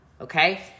okay